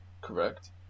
Correct